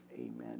Amen